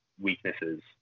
weaknesses